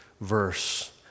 verse